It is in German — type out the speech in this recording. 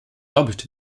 doppelt